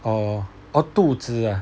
orh oh 肚子啊